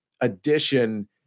addition